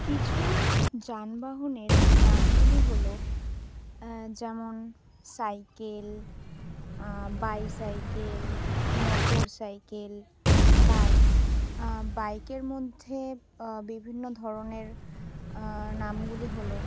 কিছু যানবাহনের নামগুলি হলো যেমন cycle bicycle motor cycle bike বাইকের মধ্যে বিভিন্ন ধরনের নামগুলি হলো